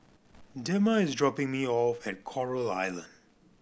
Dema is dropping me off at Coral Island